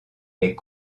est